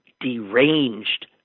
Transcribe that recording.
deranged